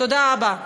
תודה רבה.